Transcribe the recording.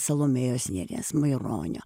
salomėjos nėries maironio